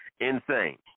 insane